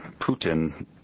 Putin